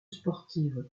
sportive